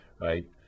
right